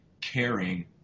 caring